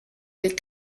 des